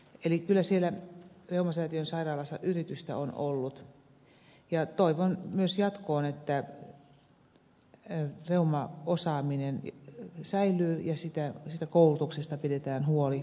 eli kyllä siellä reumasäätiön sairaalassa yritystä on ollut ja toivon myös jatkoon että reumaosaaminen säilyy ja siitä koulutuksesta pidetään huoli